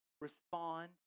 respond